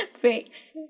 breaks